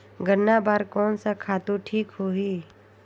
गन्ना बार कोन सा खातु ठीक होही?